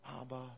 Abba